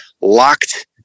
locked